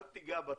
אל תיגע בתכלית,